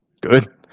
Good